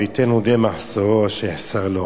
תַּעֲבִיטֶנּוּ די מחסֹרו אשר יחסר לו".